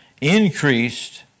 increased